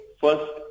First